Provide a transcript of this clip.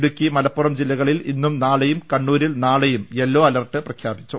ഇടുക്കി മലപ്പുറം ജില്ലകളിൽ ഇന്നും നാളെയും കണ്ണൂരിൽ നാളെയും യെല്ലോ അലർട്ട് പ്രഖ്യാപിച്ചു